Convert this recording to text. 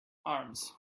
arms